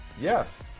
Yes